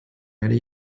werde